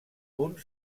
punt